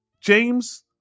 James